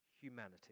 humanity